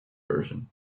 version